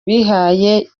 bihaye